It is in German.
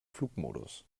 flugmodus